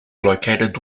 located